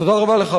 תודה רבה לך.